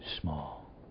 small